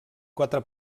quatre